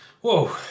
Whoa